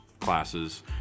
classes